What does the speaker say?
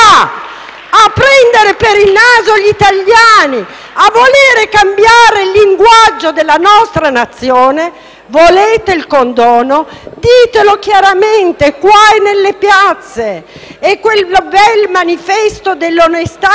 a prendere per il naso gli italiani e a voler cambiare il linguaggio della nostra Nazione, volete il condono? Ditelo chiaramente, qua e nelle piazze. E quel bel manifesto dell’onestà